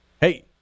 hey